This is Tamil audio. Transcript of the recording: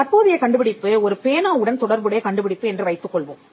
தற்போதைய கண்டுபிடிப்பு ஒரு பேனாவுடன் தொடர்புடைய கண்டுபிடிப்பு என்று வைத்துக்கொள்வோம்